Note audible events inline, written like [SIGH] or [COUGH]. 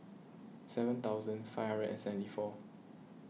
seven thousand five [UNINTELLIGIBLE] seventy four